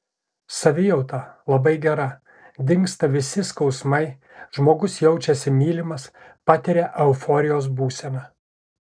savijauta labai gera dingsta visi skausmai žmogus jaučiasi mylimas patiria euforijos būseną